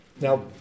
Now